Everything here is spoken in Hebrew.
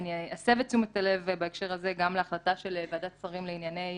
אני אסב את תשומת הלב בהקשר הזה גם להחלטה של ועדת שרים לענייני